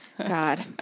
God